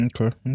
Okay